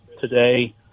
today